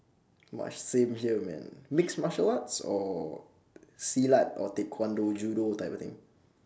!whoa! same here man mixed martial arts or silat or taekwondo judo type of thing